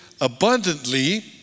abundantly